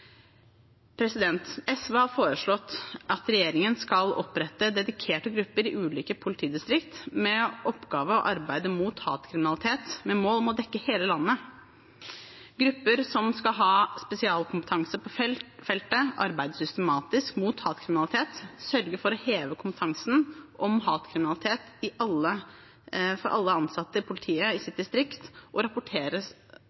SV har foreslått at regjeringen skal opprette dedikerte grupper i ulike politidistrikter med oppgave å arbeide mot hatkriminalitet og med mål om å dekke hele landet – grupper som skal ha spesialkompetanse på feltet, arbeide systematisk mot hatkriminalitet, sørge for å heve kompetansen om hatkriminalitet hos alle ansatte i politiet i